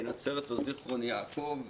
נצרת או זיכרון יעקוב?